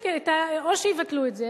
או שיבטלו את זה,